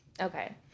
okay